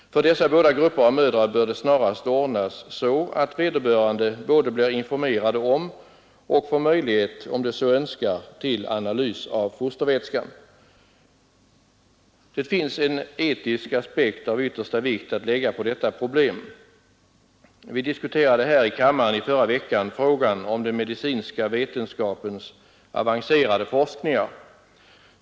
För dessa båda grupper av mödrar bör det snarast ordnas så att vederbörande både blir informerade om och får möjlighet, om de så Det finns en etisk aspekt av yttersta vikt att lägga på detta problem. Vi diskuterade här i kammaren i förra veckan frågan om den medicinska vetenskapens avancerade forskningar.